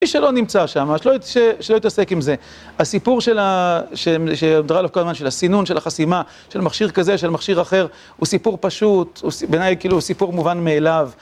איש שלא נמצא שם, ממש, שלא יתעסק עם זה. הסיפור ש... כל הזמן של הסינון, של החסימה, של מכשיר כזה, של מכשיר אחר, הוא סיפור פשוט, בעיניי כאילו הוא סיפור מובן מאליו.